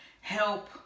help